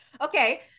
Okay